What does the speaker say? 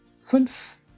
Fünf